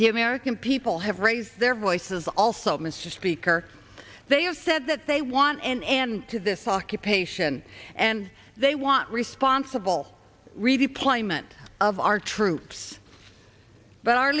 the american people have raised their voices also mr speaker they have said that they want an end to this occupation and they want responsible redeployment of our troops face but our